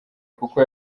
kuko